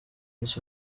miss